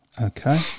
Okay